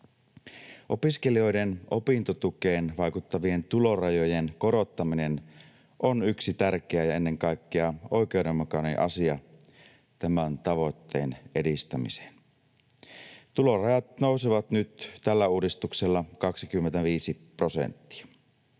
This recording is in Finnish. Opiskelijoiden opintotukeen vaikuttavien tulorajojen korottaminen on yksi tärkeä ja ennen kaikkea oikeudenmukainen asia tämän tavoitteen edistämiseen. Tulorajat nousevat nyt tällä uudistuksella 25 prosenttia.